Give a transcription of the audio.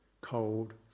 cold